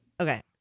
Okay